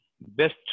best